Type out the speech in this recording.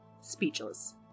speechless